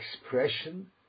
expression